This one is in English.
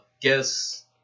guess